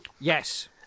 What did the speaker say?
Yes